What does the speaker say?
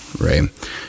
right